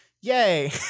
yay